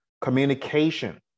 Communication